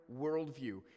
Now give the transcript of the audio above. worldview